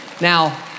Now